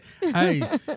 Hey